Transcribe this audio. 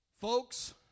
Folks